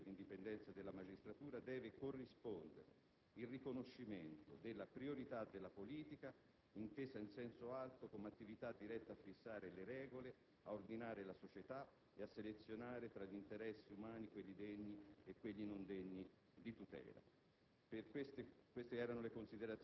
Quindi, al rigoroso rispetto dell'autonomia e dell'indipendenza della magistratura deve corrispondere il riconoscimento della priorità della politica intesa in senso alto come attività diretta a fissare le regole, ad ordinare la società e a selezionare tra gli interessi umani quelli degni e quelli non degni